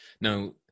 now